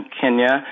Kenya